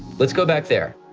let's go back there.